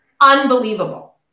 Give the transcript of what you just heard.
Unbelievable